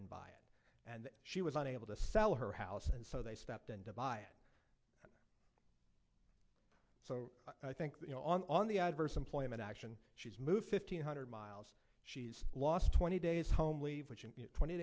and she was unable to sell her house and so they stepped in to buy it so i think you know on the adverse employment action she's moved fifteen hundred miles she's lost twenty days home leave which in twenty